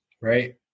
right